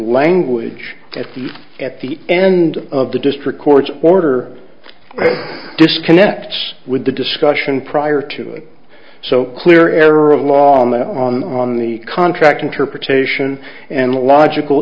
language at the at the end of the district court's order disconnects with the discussion prior to it so clear error of law on the on the contract interpretation and the logical